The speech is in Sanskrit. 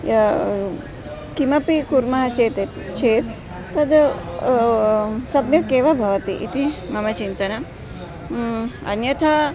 किमपि कुर्मः चेत् चेत् तत् सम्यक् एव भवति इति मम चिन्तनम् अन्यथा